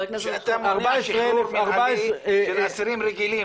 שאתם אומרים ששחרור מינהלי זה לאסירים רגילים,